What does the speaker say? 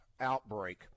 outbreak